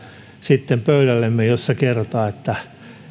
sitten pöydällemme näitä raportteja joissa kerrotaan että